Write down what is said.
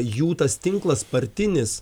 jų tas tinklas partinis